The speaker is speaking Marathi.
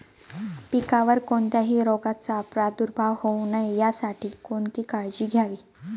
पिकावर कोणत्याही रोगाचा प्रादुर्भाव होऊ नये यासाठी कोणती काळजी घ्यावी?